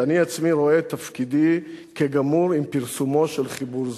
"אני עצמי רואה את תפקידי כגמור עם פרסומו של חיבור זה",